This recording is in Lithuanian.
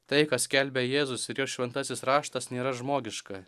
tai ką skelbia jėzus ir jo šventasis raštas nėra žmogiška